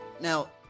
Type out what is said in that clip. Now